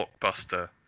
blockbuster